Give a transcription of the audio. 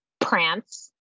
prance